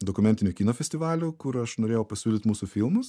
dokumentinių kino festivalių kur aš norėjau pasiūlyt mūsų filmus